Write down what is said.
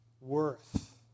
worth